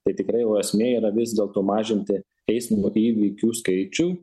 tai tikrai o esmė yra vis dėlto mažinti eismo įvykių skaičių